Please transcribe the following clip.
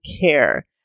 care